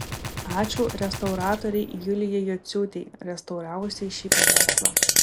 ačiū restauratorei julijai jociūtei restauravusiai šį paveikslą